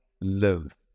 live